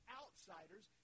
outsiders